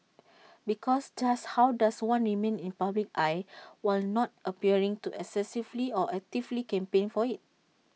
because just how does one remain in the public eye while not appearing to excessively or actively campaign for IT